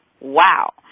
wow